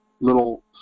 little